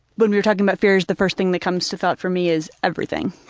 when you're talking about fears, the first thing that comes to thought for me is everything.